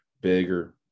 bigger